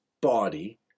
body